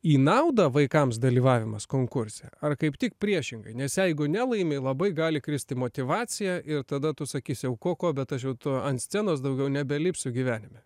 į naudą vaikams dalyvavimas konkurse ar kaip tik priešingai nes jeigu nelaimi labai gali kristi motyvacija ir tada tu sakysi jau ko ko bet aš jau to ant scenos daugiau nebelipsiu gyvenime